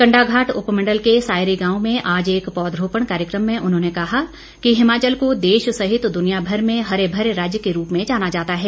कंडाघाट उपमंडल के सायरी गांव में आज एक पौधरोपण कार्यक्रम में उन्होंने कहा कि हिमाचल को देश सहित दुनियामर में हरे मरे राज्य के रूप में जाना जाता है